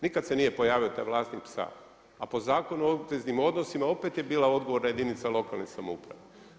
Nikad se nije pojavio taj vlasnik psa, a po Zakonu o obveznim odnosima opet je bila odgovorna jedinica lokalne samouprave.